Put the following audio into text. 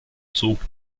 zog